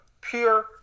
pure